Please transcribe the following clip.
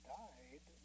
died